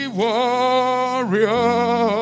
warrior